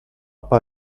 pas